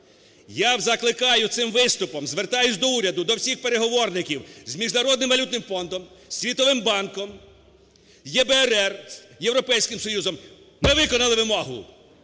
Я закликаю цим виступом, звертаюся до уряду, до всіх переговорників з Міжнародним валютним фондом, Світовим банком, ЄБРР, Європейським Союзом. Ми виконали вимогу.